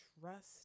trust